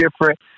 different